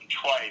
twice